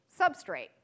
substrate